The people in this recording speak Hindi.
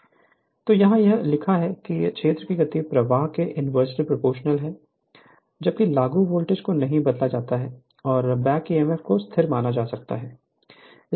तो यहाँ यह लिखा है कि क्षेत्र की गति प्रवाह के इन्वर्सली प्रोपोर्शनल है जब लागू वोल्टेज को नहीं बदला जाता है और बैक ईएमएफ को स्थिर माना जा सकता है